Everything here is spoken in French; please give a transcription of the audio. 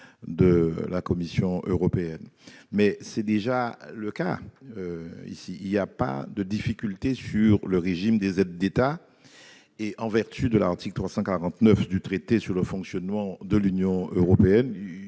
de la Commission européenne, mais c'est inutile : il n'y a pas de difficulté liée au régime des aides d'État, en vertu de l'article 349 du Traité sur le fonctionnement de l'Union européenne.